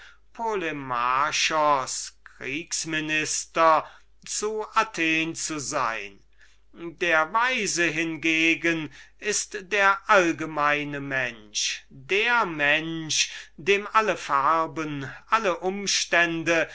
schickte polemarchus zu athen zu sein der weise hingegen ist der allgemeine mensch der mensch dem alle farben alle umstände